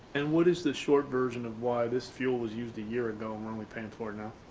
and what is the short version of why this fuel was used a year ago and we're only paying for it now?